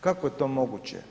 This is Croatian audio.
Kako je to moguće?